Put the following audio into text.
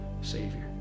Savior